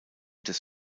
des